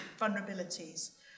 vulnerabilities